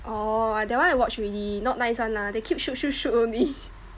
oh that one I watch already not nice [one] lah they keep shoot shoot shoot only